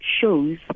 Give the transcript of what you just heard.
shows